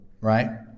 right